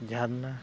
ᱡᱷᱟᱨᱱᱟ